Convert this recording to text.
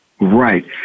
Right